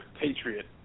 patriot